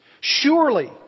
Surely